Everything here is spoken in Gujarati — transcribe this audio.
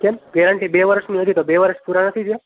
કેમ ગેરંટી બે વરસની હતી તો બે વરસ પૂરાં નથી થયાં